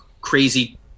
Crazy